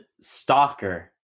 stalker